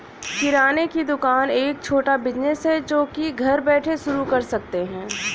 किराने की दुकान एक छोटा बिज़नेस है जो की घर बैठे शुरू कर सकते है